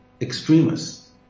extremists